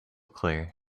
clear